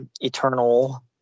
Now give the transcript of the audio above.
eternal